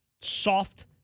soft